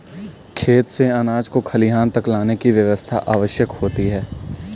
खेत से अनाज को खलिहान तक लाने की व्यवस्था आवश्यक होती है